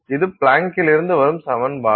இது பிளாங்கிலிருந்து வரும் சமன்பாடு